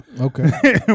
Okay